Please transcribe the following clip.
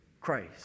Christ